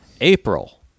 April